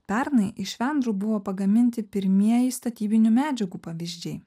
pernai iš švendrų buvo pagaminti pirmieji statybinių medžiagų pavyzdžiai